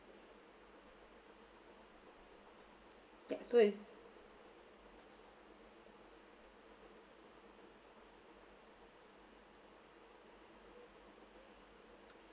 yes so is